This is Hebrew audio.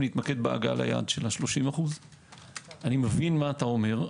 להתמקד בהגעה ליעד של 30%. אני מבין מה אתה אומר.